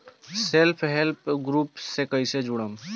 Self help group से कइसे जुड़म?